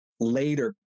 later